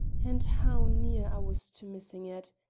and how near i was to missing it!